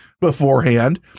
beforehand